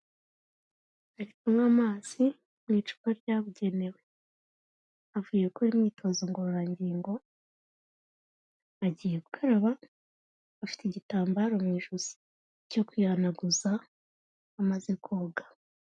Ari kunywa amazi mu icupa ryabugenewe. Avuye gukora imyitozo ngororangingo, agiye gukaraba, afite igitambaro mu ijo cyo kwihanaguza amaze koga.